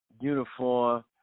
uniform